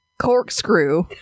Corkscrew